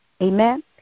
amen